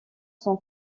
son